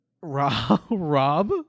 Rob